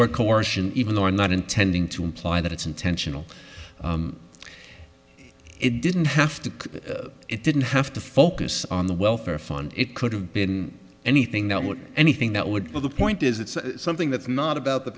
word coercion even though i'm not intending to imply that it's intentional it didn't have to be it didn't have to focus on the welfare fund it could have been anything that would anything that would be the point is it's something that's not about the